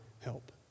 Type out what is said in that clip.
help